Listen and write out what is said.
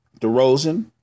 DeRozan